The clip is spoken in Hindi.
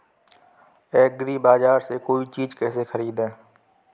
एग्रीबाजार से कोई चीज केसे खरीदें?